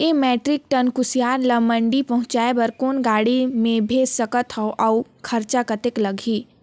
एक metric ton कुसियार ल मंडी पहुंचाय बर कौन गाड़ी मे भेज सकत हव अउ खरचा कतेक लगही?